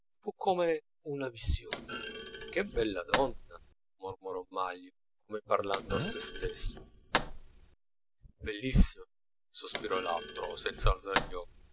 fu come una visione che bella donna mormorò manlio come parlando a se stesso bellissima sospirò l'altro senza